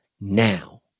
now